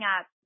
up